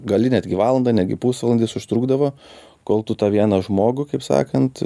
gali netgi valandą netgi pusvalandis užtrukdavo kol tu tą vieną žmogų kaip sakant